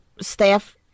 staff